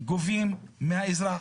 גובים מהאזרח.